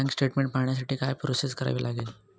Bank statement पाहण्यासाठी काय process करावी लागेल?